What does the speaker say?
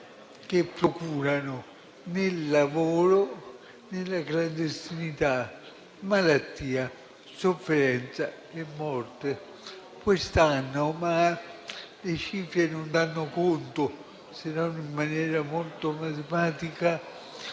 che procurano, nel lavoro e nella clandestinità, malattia, sofferenza e morte. Quest'anno - ma le cifre non danno conto, se non in maniera molto magmatica,